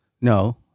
No